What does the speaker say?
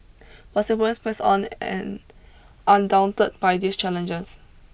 but Singaporeans pressed on and undaunted by these challenges